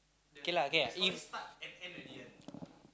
k lah k lah if